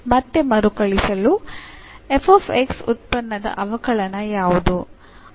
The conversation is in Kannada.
ಮತ್ತೆ ಮರುಕಳಿಸಲು f x ಉತ್ಪನ್ನದ ಅವಕಲನ ಯಾವುದು